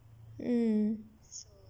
mm